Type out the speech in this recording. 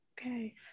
Okay